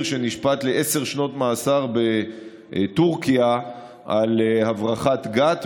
שנשפט לעשר שנות מאסר בטורקיה על הברחת גת.